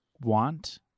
want